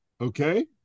Okay